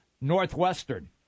Northwestern